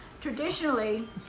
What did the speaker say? Traditionally